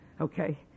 okay